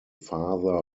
father